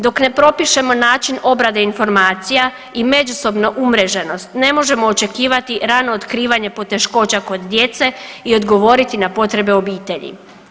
Dok ne propišemo način obrade informacija i međusobno umreženost ne možemo očekivati rano otkrivanje poteškoća kod djece i odgovoriti na potrebe obitelji.